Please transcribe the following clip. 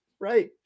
Right